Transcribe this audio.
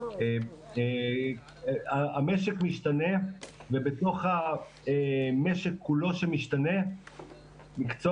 המשק משתנה ובתוך המשק כולו שמשתנה מקצוע